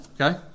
Okay